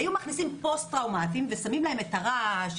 היו מכניסים פוסט טראומטיים ושמים להם רעש,